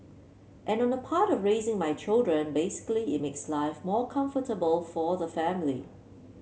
and on the part of raising my children basically it makes life more comfortable for the family